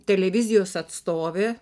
televizijos atstovė